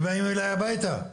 ובאים אליי הביתה.